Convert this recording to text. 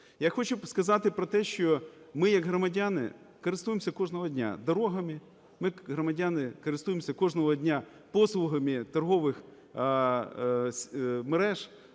Я хочу сказати про те, що ми як громадяни користуємося кожного дня дорогами, ми як громадяни користуємося кожного дня послугами торгових мереж,